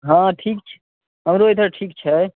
हाँ ठीक छी हमरो इधर ठीक छै